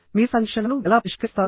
మీరు సంఘర్షణలను ఎలా పరిష్కరిస్తారు